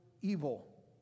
evil